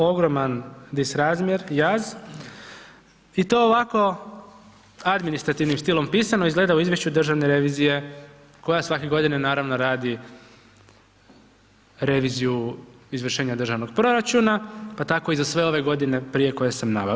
Ogroman disrazmjer, jaz, i to ovako administrativnim stilom pisano, izgleda u izvješću državne revizije koja svake godine, naravno radi reviziju izvršenja državnog proračuna, pa tako i za sve ove godine prije koje sam naveo.